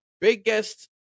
biggest